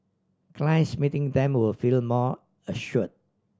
clients meeting them will feel more assured